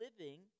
living